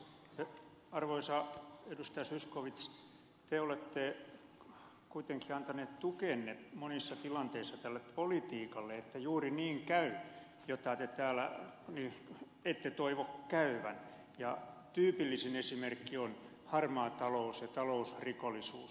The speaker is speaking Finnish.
zyskowicz te olette kuitenkin antanut tukenne monissa tilanteissa tälle politiikalle että juuri niin käy kuin te täällä ette toivo käyvän ja tyypillisin esimerkki on harmaa talous ja talousrikollisuus